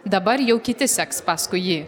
dabar jau kiti seks paskui jį